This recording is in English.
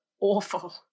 awful